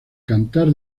cantar